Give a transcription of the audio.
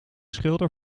schilder